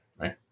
Right